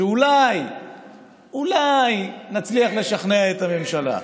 שאולי אולי נצליח לשכנע את הממשלה.